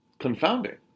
Confounding